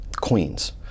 Queens